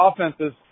offenses